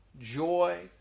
joy